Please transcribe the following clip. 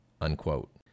unquote